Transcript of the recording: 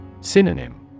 Synonym